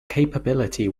capability